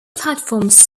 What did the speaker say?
platforms